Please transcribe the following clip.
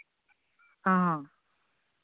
ᱦᱚᱸ